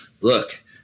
look